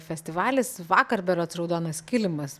festivalis vakar berods raudonas kilimas